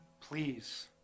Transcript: please